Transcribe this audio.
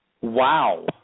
wow